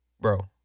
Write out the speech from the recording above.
Bro